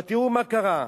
אבל תראו מה קרה,